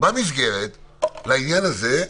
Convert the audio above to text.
במסגרת לעניין הזה,